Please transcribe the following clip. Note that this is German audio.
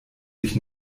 sich